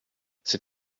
c’est